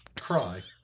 cry